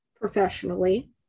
professionally